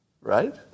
right